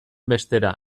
bestera